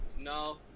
no